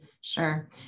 Sure